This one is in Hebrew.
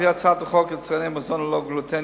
לפי הצעת החוק יצרני מזון ללא גלוטן